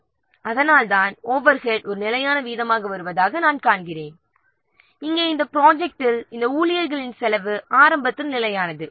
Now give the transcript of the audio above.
எனவே அதனால்தான் ஓவர்ஹெட் ஒரு நிலையான வீதமாக வருவதாக நாம் காண்கிறோம் இங்கே இந்த ப்ராஜெக்ட்டில் ஊழியர்களின் செலவு ஆரம்பத்தில் நிலையானது